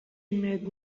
made